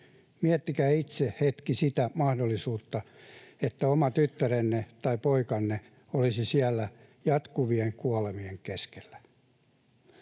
Miettikää itse hetki sitä mahdollisuutta, että oma tyttärenne tai poikanne olisi siellä jatkuvien kuolemien keskellä.